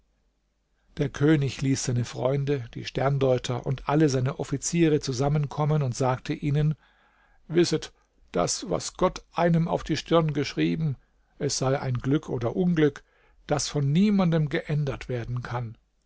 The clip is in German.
der könig ließ seine freunde die sterndeuter und alle seine offiziere zusammenkommen und sagte ihnen wisset daß was gott einem auf die stirn geschrieben es sei ein glück oder unglück das von niemandem geändert werden kann